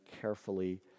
carefully